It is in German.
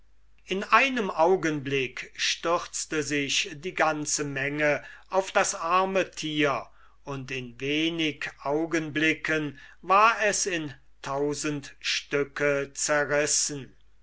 in einem augenblick stürzte sich die ganze menge auf das tier und ehe man eine hand umkehren konnte war es in tausend stücke zerrissen